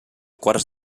quarts